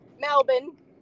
Melbourne